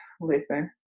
listen